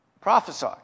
Prophesy